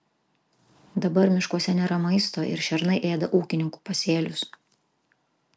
dabar miškuose nėra maisto ir šernai ėda ūkininkų pasėlius